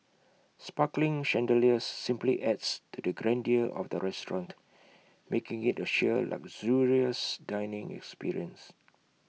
sparkling chandeliers simply adds to the grandeur of the restaurant making IT A sheer luxurious dining experience